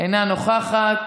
אינה נוכחת,